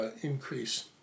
increase